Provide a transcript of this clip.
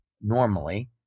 normally